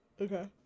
Okay